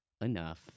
enough